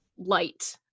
light